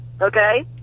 Okay